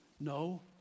No